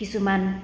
কিছুমান